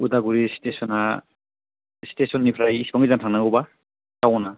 उदालगुरि स्टेसना स्टेसननिफ्राय बेसिबां गोजान थांनांगौबा टाउना